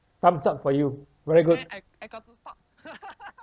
thumbs up for you very good